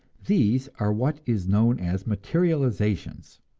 these are what is known as materializations,